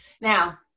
Now